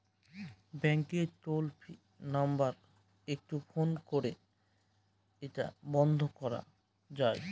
ব্যাংকের toll free number একটু phone করে এটা বন্ধ করা যায়?